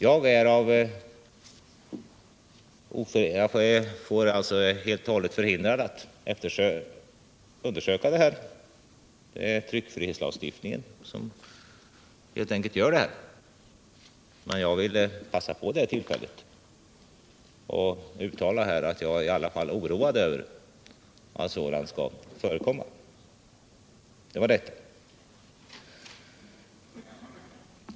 Jag kan irte undersöka frågan, som lyder under tryckfrihetslagstiftningen. Men jag vil passa på och uttala att jag är oroad över att sådant kan förekomma.